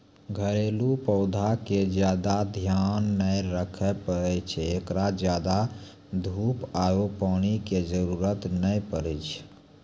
घरेलू पौधा के ज्यादा ध्यान नै रखे पड़ै छै, एकरा ज्यादा धूप आरु पानी के जरुरत नै पड़ै छै